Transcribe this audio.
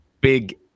Big